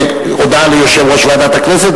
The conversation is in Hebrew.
הודעה ליושב-ראש ועדת הכנסת.